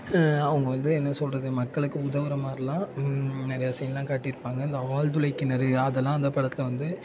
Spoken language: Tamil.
அவங்க வந்து என்ன சொல்கிறது மக்களுக்கு உதவுகிறமாரிலாம் நிறைய சீன்லாம் காட்டியிருப்பாங்க இந்த ஆழ்துளை கிணறு அதெல்லாம் அந்த படத்தில் வந்து